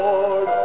Lord